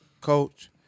Coach